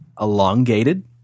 elongated